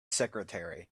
secretary